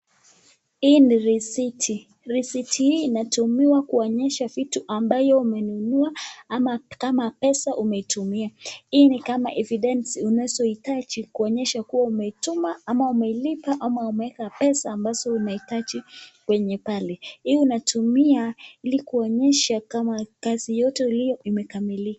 Hii ni risiti. Risiti hii inatumiwa kuonyesha vitu ambayo umenunua ama kama pesa umetumia. Hii ni kama evidence unazohitaji kuonyesha kuwa umetuma ama umelipa ama umeweka pesa ambazo unahitaji kwenye benki hii unatumia kuonyesha kama kazi yote ulio imekamilika.